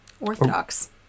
orthodox